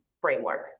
framework